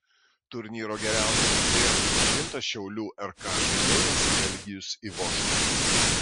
turnyro geriausio žaidėjo pripažintas šiaulių rk žaidėjas eligijus ivoška